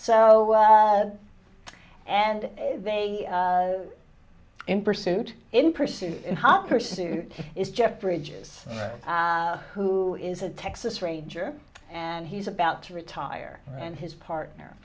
so and they are in pursuit in pursuit in hot pursuit is jeff bridges who is a texas ranger and he's about to retire and his partner